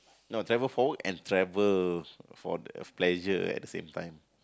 no travel for work and travel for the pleasure at the same time